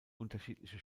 unterschiedliche